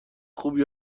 خوبی